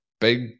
big